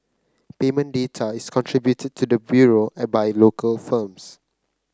payment data is contributed to the Bureau by local firms